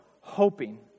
hoping